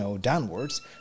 downwards